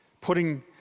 putting